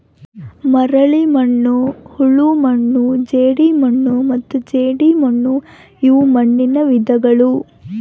ಮರಳುಮಣ್ಣು ಹೂಳುಮಣ್ಣು ಜೇಡಿಮಣ್ಣು ಮತ್ತು ಜೇಡಿಮಣ್ಣುಇವು ಮಣ್ಣುನ ವಿಧಗಳು